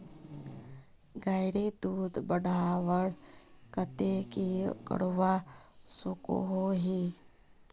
गायेर दूध बढ़वार केते की करवा सकोहो ही?